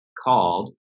Called